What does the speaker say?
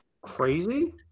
crazy